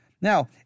Now